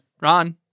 Ron